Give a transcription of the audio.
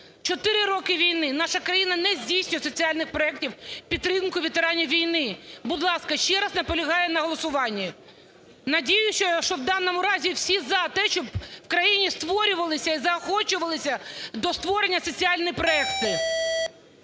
Чотири роки війни наша країна не здійснює соціальних проектів у підтримку ветеранів війни. Будь ласка, ще раз наполягаю на голосуванні. Надіюсь, що в даному разі всі за те, щоб у країні створювалися і заохочувалися до створення соціальні проекти.